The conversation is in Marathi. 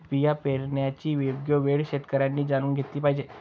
बिया पेरण्याची योग्य वेळ शेतकऱ्यांनी जाणून घेतली पाहिजे